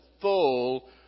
full